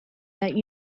that